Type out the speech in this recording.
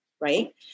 right